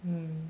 mm